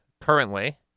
currently